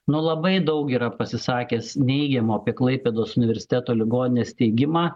nu labai daug yra pasisakęs neigiamo apie klaipėdos universiteto ligoninės steigimą